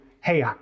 hey